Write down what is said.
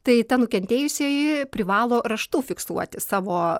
tai ta nukentėjusioji privalo raštu fiksuoti savo